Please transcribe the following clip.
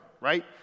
right